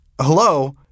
hello